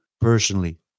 personally